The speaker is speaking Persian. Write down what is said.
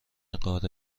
قاره